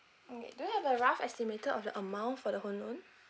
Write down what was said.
okay do you have a rough estimated of the amount for the home loan